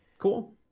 cool